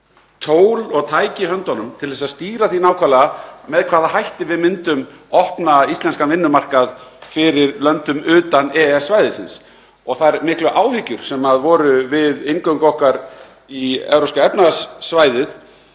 tól og tæki í höndunum til að stýra því nákvæmlega með hvaða hætti við myndum opna íslenskan vinnumarkað fyrir löndum utan EES-svæðisins. Þær miklu áhyggjur sem voru við inngöngu okkar í Evrópska efnahagssvæðið